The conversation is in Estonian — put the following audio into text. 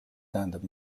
tähendab